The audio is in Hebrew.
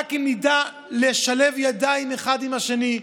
רק אם נדע לשלב ידיים אחד עם השני,